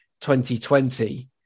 2020